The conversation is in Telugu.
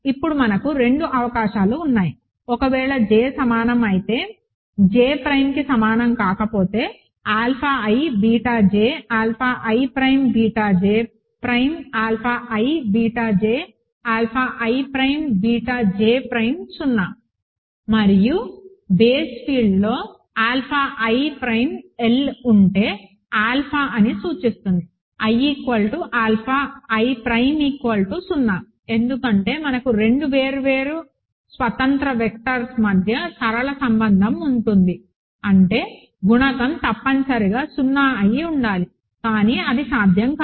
ఇప్పుడు మనకు రెండు అవకాశాలు ఉన్నాయి ఒకవేళ j సమానం అయితే j ప్రైమ్కి సమానం కాకపోతే alpha i beta j alpha i prime beta j prime alpha i beta j alpha i prime beta j prime 0 మరియు బేస్ ఫీల్డ్లో ఆల్ఫా i ప్రైమ్ L అంటే ఆల్ఫా అని సూచిస్తుంది i ఆల్ఫా i ప్రైమ్ 0 ఎందుకంటే మనకు రెండు వేర్వేరు స్వతంత్ర వెక్టర్స్ మధ్య సరళ సంబంధం ఉంటుంది అంటే గుణకం తప్పనిసరిగా 0 అయి ఉండాలి కానీ ఇది సాధ్యం కాదు